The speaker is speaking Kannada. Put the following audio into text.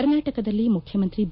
ಕರ್ನಾಟಕದಲ್ಲಿ ಮುಖ್ಯಮಂತ್ರಿ ಬಿ